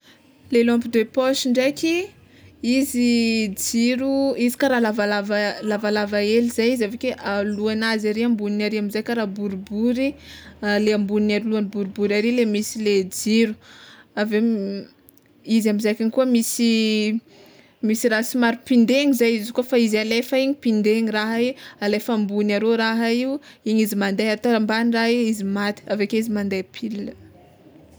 Le lampe de poche ndraiky izy jiro izy kara lavalava lavalava hely zay izy aveke alohanazy ary amboniny ary amizay kara boribory le amboniny aloha ambonimbony ary le misy le jiro, aveo izy amizay f'igny koa misy misy raha somary pindegny zay izy kôfa izy alefa igny pindegny raha igny alefa ambony arô raha io igny izy mande atao ambany raha io izy maty aveke izy mande pile.